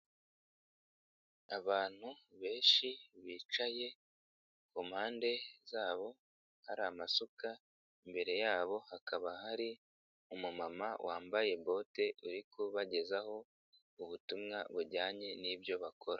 Abantu benshi bicaye, ku mpande zabo hari amasuka, imbere yabo hakaba hari umumama wambaye bote uri kubagezaho ubutumwa bujyanye nibyo bakora.